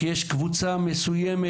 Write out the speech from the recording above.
כי יש קבוצה מסוימת,